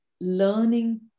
learning